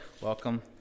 welcome